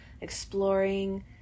exploring